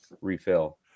refill